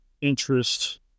interest